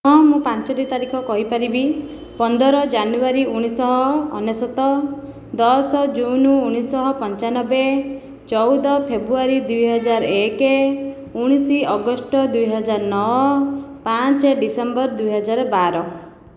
ହଁ ମୁଁ ପାଞ୍ଚଟି ତାରିଖ କହିପାରିବି ପନ୍ଦର ଜାନୁଆରୀ ଉଣେଇ ଶହ ଅନେଶ୍ୱତ ଦଶ ଜୁନ ଉଣେଇ ଶହ ପଞ୍ଚାନବେ ଚଉଦ ଫେବୃଆରୀ ଦୁଇହଜାର ଏକ ଉଣେଇଶି ଅଗଷ୍ଟ ଦୁଇହଜାର ନଅ ପାଞ୍ଚ ଡିସେମ୍ବର ଦୁଇହଜାର ବାର